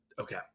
Okay